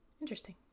Interesting